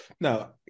Now